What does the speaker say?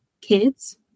kids